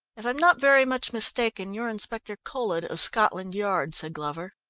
if i'm not very much mistaken, you're inspector colhead, of scotland yard, said glover.